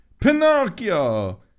Pinocchio